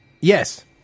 Yes